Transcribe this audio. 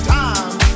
time